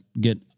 get